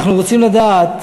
אנחנו רוצים לדעת,